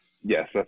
Yes